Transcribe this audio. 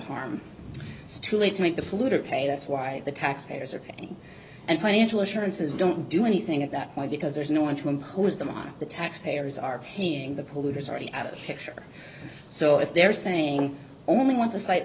harm too late to make the polluter pay that's why the taxpayers are paying and financial assurances don't do anything at that point because there's no one to impose them on the taxpayers are paying the polluters already out of picture so if they're saying only one